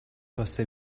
کاسه